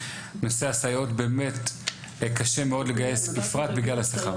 נושא הסייעות באמת קשה מאוד לגייס בפרט בגלל השכר.